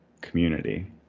community